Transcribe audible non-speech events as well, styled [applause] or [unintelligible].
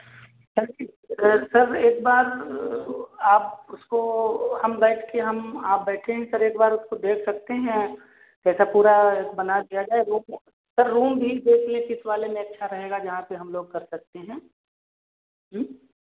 [unintelligible] sir एक बार आप उसको हम बैठ के हम आप बैठेंगे सर एक बार उसको देख सकते हैं जैसा पूरा एक बना दिया जाए [unintelligible] सर रूम भी [unintelligible] वाले में अच्छा रहेगा जहाँ पे हम लोग कर सकते हैं